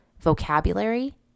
vocabulary